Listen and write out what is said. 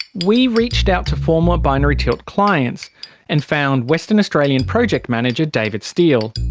we reached out to former binary tilt clients and found western australian project manager david steele.